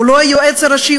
הוא לא היועץ הראשי,